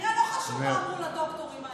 כנראה לא חשוב מה אמרו לדוקטורים האלה.